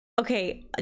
Okay